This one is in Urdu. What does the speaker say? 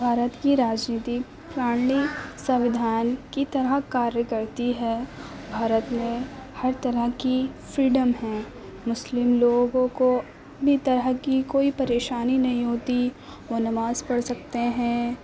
بھارت کی راج نیتی پرانی سویدھان کی طرح کاریہ کرتی ہے بھارت میں ہر طرح کی فریڈم ہے مسلم لوگوں کو بھی طرح کی کوئی پریشانی نہیں ہوتی وہ نماز پڑھ سکتے ہیں